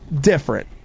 different